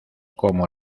como